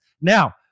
now